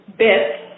bits